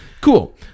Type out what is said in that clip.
Cool